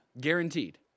Guaranteed